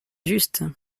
juste